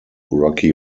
rocky